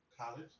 college